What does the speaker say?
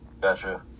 Gotcha